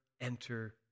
enter